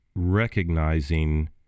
recognizing